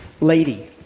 lady